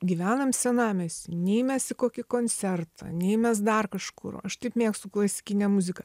gyvenam senamiesty nei mes į kokį koncertą nei mes dar kažkur aš taip mėgstu klasikinę muziką